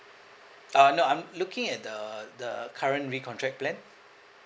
uh no I'm looking at the the current recontract plan